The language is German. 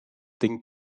ding